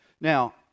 Now